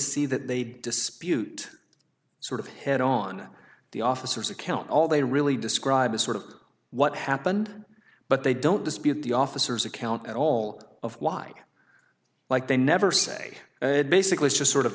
see that they dispute sort of hit on the officers account all they really describe is sort of what happened but they don't dispute the officers account at all of why like they never say basically just sort of